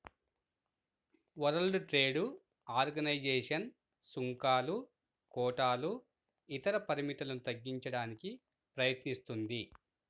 world Trade Organization సుంకాలు, కోటాలు ఇతర పరిమితులను తగ్గించడానికి ప్రయత్నిస్తుంది